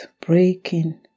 breaking